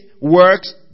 works